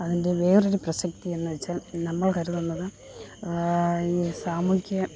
അതിൻ്റെ വേറൊരു പ്രസക്തി എന്നുവെച്ചാൽ നമ്മൾ കരുതുന്നത് ഈ സാമൂഹ്യ